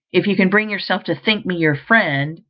if you can bring yourself to think me your friend,